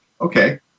okay